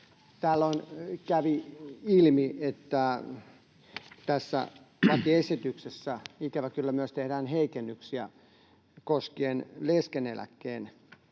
Tällöin kävi ilmi, että tässä lakiesityksessä ikävä kyllä myös tehdään heikennyksiä leskeneläkkeen